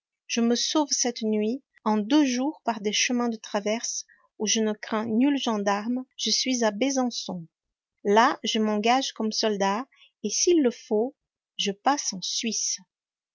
je me sauve cette nuit en deux jours par des chemins de traverse où je ne crains nul gendarme je suis à besançon là je m'engage comme soldat et s'il le faut je passe en suisse